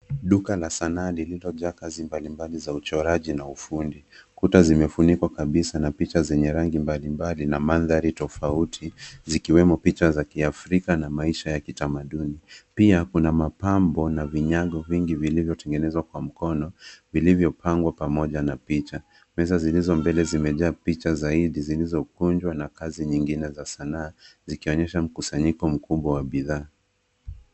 Duka la sanaa lililojaa kazi mbalimbali za uchoraji na ufundi kuta zimefunikwa kabisa na picha zenye rangi mbali mbali na mandhari tofauti zikiwemo picha za kiafrika na maisha ya kitamaduni ,pia kuna mapambo na vinyago vingi vilivyotengenezwa kwa mkono vilivyopangwa pamoja na picha ,meza zilizo mbele zimejaa picha zaidi zilizokunjwa na kazi nyingine za sanaa zikionyesha mkusanyiko mkubwa wa bidhaa.